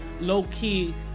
low-key